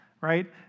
right